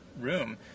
room